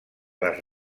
les